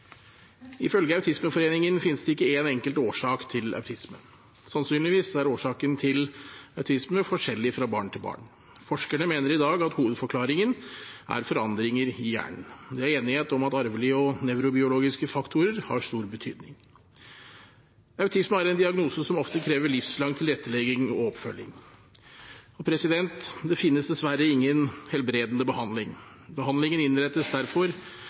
Ifølge Autismeforeningen finnes det ikke én enkelt årsak til autisme. Sannsynligvis er årsaken til autisme forskjellig fra barn til barn. Forskerne mener i dag at hovedforklaringen er forandringer i hjernen, og det er enighet om at arvelige og nevrobiologiske faktorer har stor betydning. Autisme er en diagnose som ofte krever livslang tilrettelegging og oppfølging. Det finnes dessverre ingen helbredende behandling, og behandlingen innrettes derfor